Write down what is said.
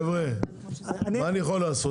חבר'ה, מה אני יכול לעשות?